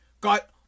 got